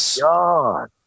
God